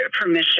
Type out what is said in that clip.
permission